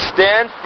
Stand